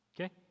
Okay